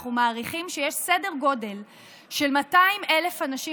אנחנו מעריכים שיש סדר גודל של 200,000 אנשים